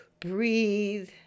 breathe